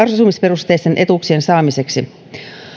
asumisperusteisten etuuksien saamiseksi